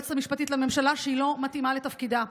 היועצת המשפטית לממשלה, שהיא לא מתאימה לתפקידה.